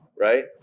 right